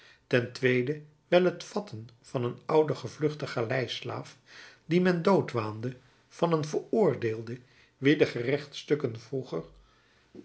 ten tweede wijl het vatten van een ouden gevluchten galeislaaf dien men dood waande van een veroordeelde wien de gerechtsstukken vroeger